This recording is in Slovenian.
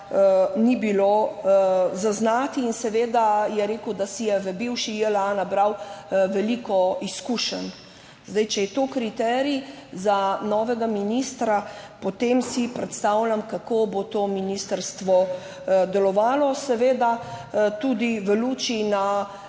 ni bilo zaznati. In seveda je rekel, da si je v bivši JLA nabral veliko izkušenj. Zdaj, če je to kriterij za novega ministra, potem si predstavljam, kako bo to ministrstvo delovalo, seveda tudi v luči na